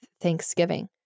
thanksgiving